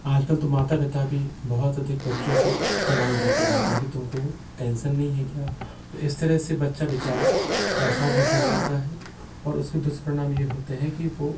आजकल तो माता पिता भी बहुत अधिक बच्चों को तनाव देते रहते हैं कि तुमको टेंसन नहीं है क्या तो इस तरह से बच्चा बेचारा अवसाद में घिर जाता है और इसके दुष्परिणाम यह होते हैं कि वह